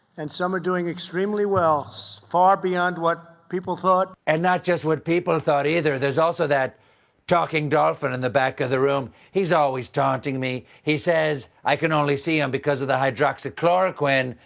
and some are doing extremely well, so far beyond what people thought. stephen and not just what people thought, either. there's also that talking dolphin in the back of the room. he's always taunting me. he says i can only see him because of the hydroxychloroquine,